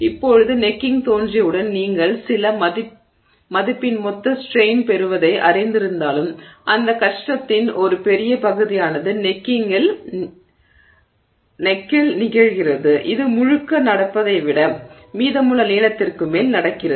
இப்போது கழுத்து தோன்றியவுடன் நீங்கள் சில மதிப்பின் மொத்த ஸ்ட்ரெய்ன் பெறுவதை அறிந்திருந்தாலும் அந்தக் கஷ்டத்தின் ஒரு பெரிய பகுதியானது கழுத்தில் நிகழ்கிறது இது முழுக்க நடப்பதை விட மீதமுள்ள நீளத்திற்கு மேல் நடக்கிறது